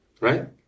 Right